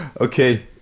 okay